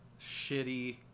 shitty